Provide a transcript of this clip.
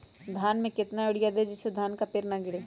धान में कितना यूरिया दे जिससे धान का पेड़ ना गिरे?